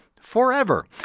forever